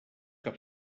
que